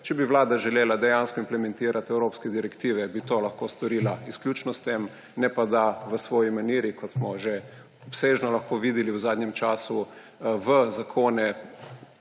Če bi Vlada želela dejansko implementirati evropske direktive, bi to lahko storila izključno s tem, ne pa da v svoji maniri, kot smo že obsežno lahko videli v zadnjem času, v zakone